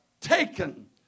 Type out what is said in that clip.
taken